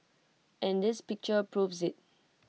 and this picture proves IT